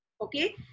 Okay